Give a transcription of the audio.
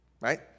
Right